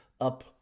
up